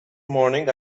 morning